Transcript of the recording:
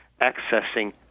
accessing